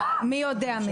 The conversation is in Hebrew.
מי יודע מזה?